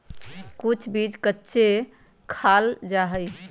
कुछ बीज कच्चे खाल जा हई